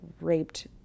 raped